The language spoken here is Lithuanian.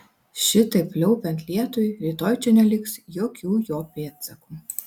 šitaip pliaupiant lietui rytoj čia neliks jokių jo pėdsakų